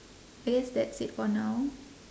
I guess that's it for now